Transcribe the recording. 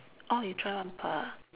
orh you try one pot